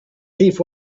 thief